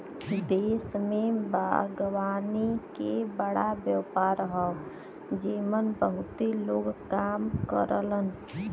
देश में बागवानी के बड़ा व्यापार हौ जेमन बहुते लोग काम करलन